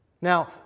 Now